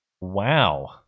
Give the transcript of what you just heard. wow